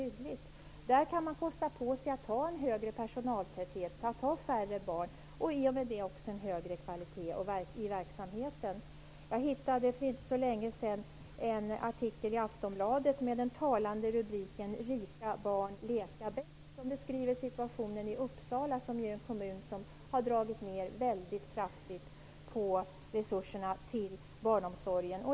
På den privata sidan kan man kosta på sig större personaltäthet och färre barn. Därigenom uppnår man också högre kvalitet i verksamheten. För inte så länge sedan hittade jag en artikel i Aftonbladet med den talande rubriken ''Rika barn leka bäst''. Artikeln beskriver situationen i Uppsala. Det är en kommun som har dragit ned mycket kraftigt på resurserna till barnomsorgen.